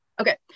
Okay